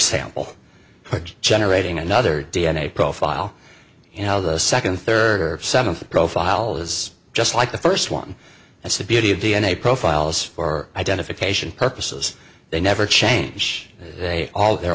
sample generating another d n a profile and how the second third or seventh profile is just like the first one that's the beauty of d n a profiles for identification purposes they never change they all they're